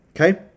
Okay